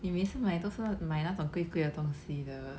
你每次买都是那买那种贵贵的东西的